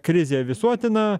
krizė visuotina